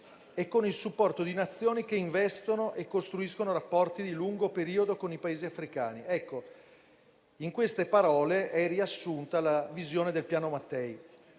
e con il supporto di Nazioni che investono e costruiscono rapporti di lungo periodo con i Paesi africani. Ecco, in queste parole è riassunta la visione del Piano Mattei,